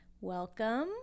Welcome